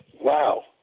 Wow